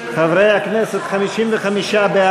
הסתייגות 49 של קבוצת